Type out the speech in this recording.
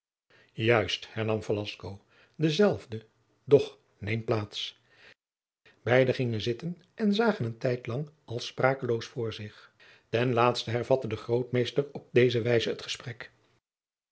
hernam velasco dezelfde doch neem plaats beide gingen zitten en zagen een tijd lang als sprakeloos voor zich ten laatsten hervatte de grootmeester op deze wijze het gesprek